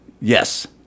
Yes